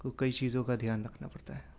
تو کئی چیزوں کا دھیان رکھنا پڑتا ہے